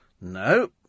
no